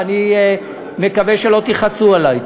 ואני מקווה שלא תכעסו עלי.